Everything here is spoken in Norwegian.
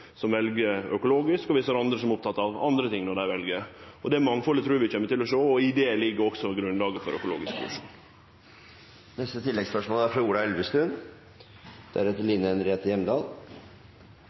som vel økologisk, og vi ser andre som er opptekne av andre ting når dei vel. Det mangfaldet trur eg vi kjem til å sjå, og i det ligg også grunnlaget for økologisk